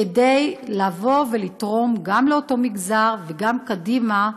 כדי לתרום גם לאותו מגזר וגם קדימה,